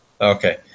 Okay